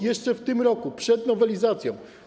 Jeszcze w tym roku, przed nowelizacją.